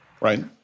right